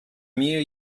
mir